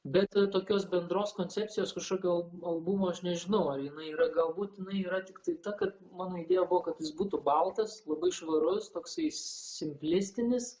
bet tokios bendros koncepcijos kažkokio albumo aš nežinau ar jinai yra galbūt jinai yra tiktai ta kad mano idėja buvo kad jis būtų baltas labai švarus toksai simplistinis